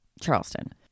Charleston